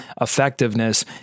effectiveness